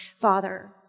Father